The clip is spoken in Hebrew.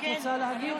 את רוצה להגיב?